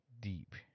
deep